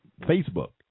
Facebook